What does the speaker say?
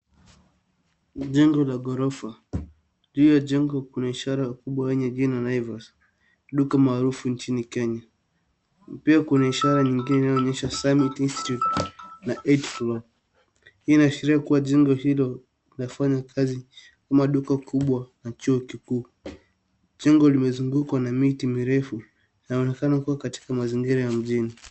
Jengo la ghorofa. Juu ya jengo kuna ishara kubwa yenye jina Naivas , duka maarufu nchini Kenya. Pia kuna ishara nyingine inayoonyesha Summit Institute na eighth floor . Hii inaashiria kuwa jengo hilo linafanya kazi kama duka kubwa na chuo kikuu. Jengo limezungukwa na miti mirefu na linaonekana kuwa katika mazingira ya mjini.